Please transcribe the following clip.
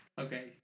Okay